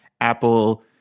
Apple